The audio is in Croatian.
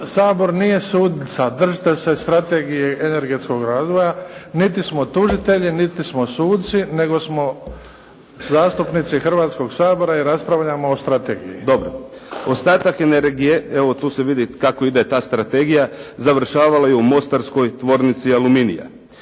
Sabor nije sudnica. Držite se strategije energetskog razvoja. Niti smo tužitelji, niti smo suci, nego smo zastupnici Hrvatskog sabora i raspravljamo o strategiji. **Kajin, Damir (IDS)** Dobro. Ostatak energije evo tu se vidi kako ide ta strategija, završavala je Mostarskoj tvornici aluminija.